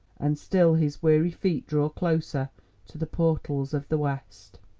and still his weary feet draw closer to the portals of the west.